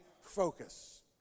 focus